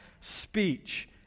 speech